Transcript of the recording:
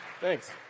thanks